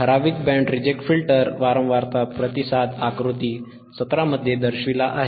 ठराविक band reject filter वारंवारता प्रतिसाद आकृती 17 मध्ये दर्शविला आहे